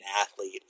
athlete